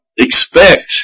expect